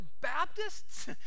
Baptists